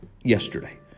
yesterday